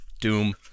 Doom